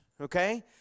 Okay